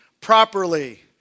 properly